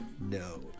No